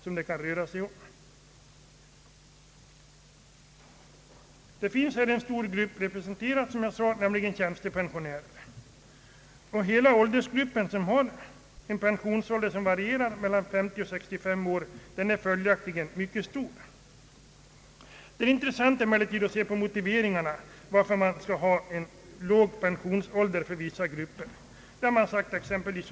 Som jag sade, finns det en stor grupp tjänstepensionärer, och totala antalet pensionärer inom den här åldersklassen, med en pensionsålder varierande mellan 50 och 65 år, är följaktligen mycket stort. Det är intressant att se vilka motiveringar som anförs för att vissa grupper har låg pensionsålder.